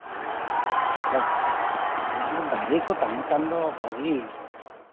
ᱡᱟᱦᱟᱸ ᱫᱟᱨᱮ ᱠᱚ ᱛᱟᱦᱮᱸ ᱠᱟᱱ ᱫᱚ ᱯᱟᱹᱦᱤᱞ